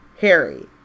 Harry